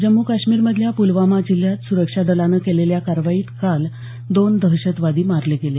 जम्मू काश्मीरमधल्या पुलवामा जिल्ह्यात सुरक्षा दलानं केलेल्या कारवाईत काल दोन दहशतवादी मारले गेले